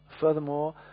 furthermore